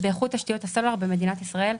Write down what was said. באיכות תשתיות הסלולר במדינת ישראל.